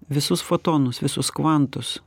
visus fotonus visus kvantus